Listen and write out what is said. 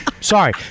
Sorry